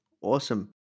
awesome